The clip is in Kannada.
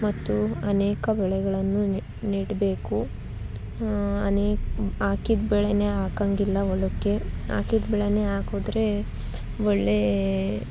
ಮತ್ತು ಅನೇಕ ಬೆಳೆಗಳನ್ನು ನಿ ನೀಡಬೇಕು ಅನೇ ಹಾಕಿದ ಬೆಳೆನೇ ಹಾಕೋಂಗಿಲ್ಲ ಹೊಲಕ್ಕೆ ಹಾಕಿದ ಬೆಳೆನೇ ಹಾಕಿದ್ರೆ ಒಳ್ಳೆಯ